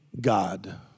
God